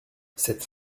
cette